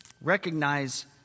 Recognize